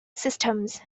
systems